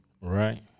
right